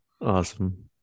Awesome